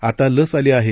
आता लस आली आहे